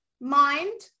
mind